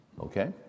Okay